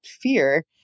fear